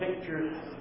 pictures